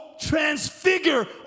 transfigure